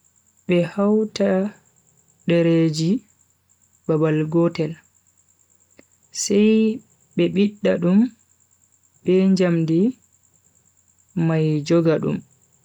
Be hauta dereji babal gotel, sai be bidd dum be njamdi mai joga dum.